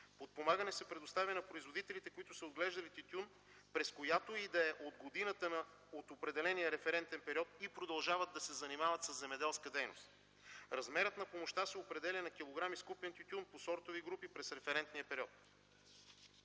Подпомагане се предоставя на производителите, които са отглеждали тютюн, през която и да е година от определения референтен период и продължават да се занимават със земеделска дейност. Размерът на помощта се определя на килограм изкупен тютюн по сортови групи през референтния период.